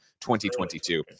2022